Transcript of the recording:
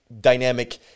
dynamic